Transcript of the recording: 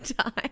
time